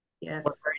yes